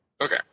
Okay